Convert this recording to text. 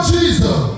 Jesus